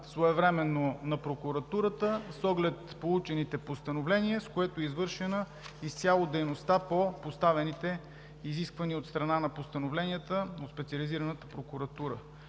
своевременно на Прокуратурата с оглед на получените постановления, с което е извършена изцяло дейността по поставените изисквания от страна на постановленията на Специализираната прокуратура.